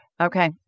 Okay